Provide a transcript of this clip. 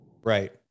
Right